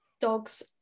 dogs